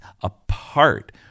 apart